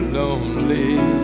lonely